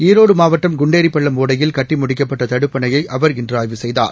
ஈரோடு மாவட்டம் குண்டேரிபள்ளம் ஓடையில் கட்டி முடிக்கப்பட்ட தடுப்பணையை அவர் இன்று ஆய்வு செய்தார்